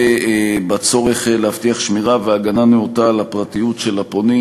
בצורך להבטיח שמירה והגנה נאותה על פרטיות הפונים.